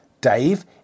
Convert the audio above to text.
Dave